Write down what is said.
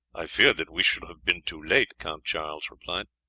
i feared that we should have been too late, count charles replied.